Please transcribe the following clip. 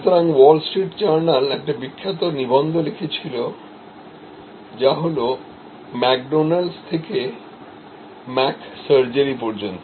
সুতরাং Wall Street Journal একটি বিখ্যাত নিবন্ধ লিখেছিল যা হল ম্যাকডোনাল্ডস থেকে ম্যাক সার্জারি পর্যন্ত